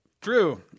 Drew